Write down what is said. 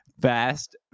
fast